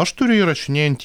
aš turiu įrašinėjantį